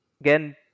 Again